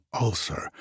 ulcer